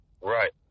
Right